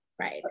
Right